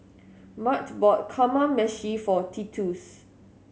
Mart bought Kamameshi for Titus